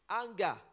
Anger